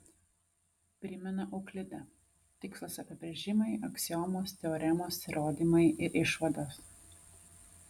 primena euklidą tikslūs apibrėžimai aksiomos teoremos įrodymai ir išvados